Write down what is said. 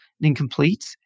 incomplete